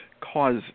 cause